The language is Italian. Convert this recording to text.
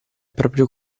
proprio